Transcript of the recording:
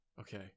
Okay